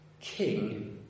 king